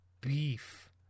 beef